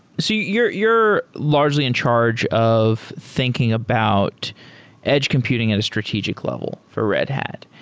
so you're you're largely in charge of thinking about edge computing at a strategic level for red hat,